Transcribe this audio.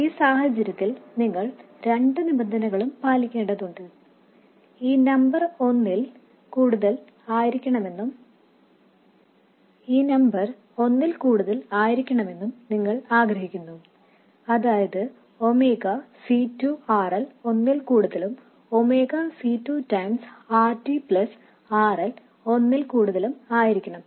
ഈ സാഹചര്യത്തിൽ നിങ്ങൾ രണ്ട് നിബന്ധനകളും പാലിക്കേണ്ടതുണ്ട് ഈ നമ്പർ ഒന്നിൽ കൂടുതൽ ആയിരിക്കണമെന്നും ഈ നമ്പറും ഒന്നിൽ കൂടുതൽ ആയിരിക്കണമെന്നും നിങ്ങൾ ആഗ്രഹിക്കുന്നു അതായത് ഒമേഗ C 2 R L ഒന്നിൽ കൂടുതലും omega C 2 R D R L ഒന്നിൽ കൂടുതലും ആയിരിക്കണം